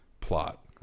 plot